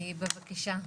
בבקשה.